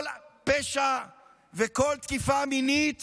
כל פשע וכל תקיפה מינית